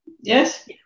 Yes